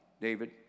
David